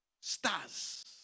stars